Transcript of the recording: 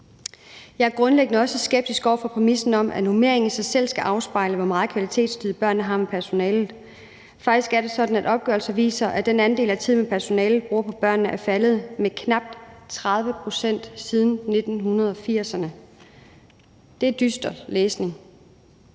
Jeg er grundlæggende også skeptisk over for præmissen om, at normeringen i sig selv skal afspejle, hvor meget kvalitetstid børnene har med personalet. Faktisk er det sådan, at opgørelser viser, at den andel af tiden, som personalet bruger på børnene, er faldet med knap 30 pct. siden 1980'erne – det er dyster læsning.